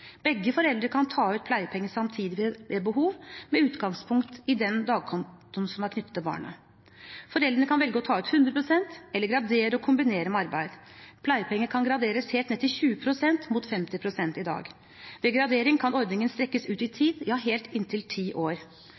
Begge foreldrene kan ta ut pleiepenger samtidig ved behov, med utgangspunkt i den dagkontoen som er knyttet til barnet. Foreldrene kan velge å ta ut 100 pst. eller gradere og kombinere med arbeid. Pleiepenger kan graderes helt ned til 20 pst., mot 50 pst. i dag. Ved gradering kan ordningen strekkes ut i tid, ja, helt til ti år.